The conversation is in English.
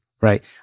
right